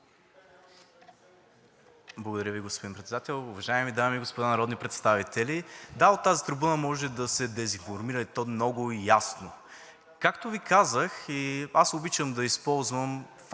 Благодаря Ви, господин Председател. Уважаеми дами и господа народни представители! Да, от тази трибуна може да се дезинформира, и то много ясно. Както Ви казах, обичам да използвам факти,